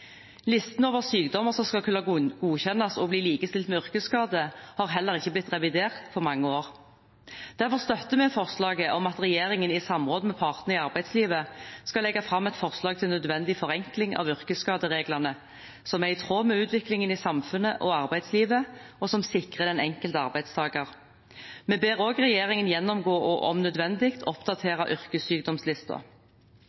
Listen over sykdommer som skal kunne godkjennes og bli likestilt med yrkesskade, har heller ikke blitt revidert på mange år. Derfor støtter vi forslaget om at regjeringen i samråd med partene i arbeidslivet skal legge fram et forslag til nødvendig forenkling av yrkesskadereglene – som er i tråd med utviklingen i samfunnet og arbeidslivet, og som sikrer den enkelte arbeidstaker. Vi ber også regjeringen gjennomgå og om nødvendig